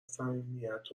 صمیمیت